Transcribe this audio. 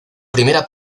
primera